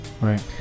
right